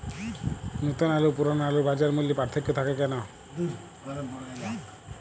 নতুন আলু ও পুরনো আলুর বাজার মূল্যে পার্থক্য থাকে কেন?